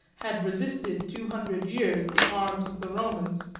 had resisted, two hundred years, the arms of the romans,